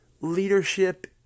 leadership